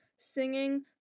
singing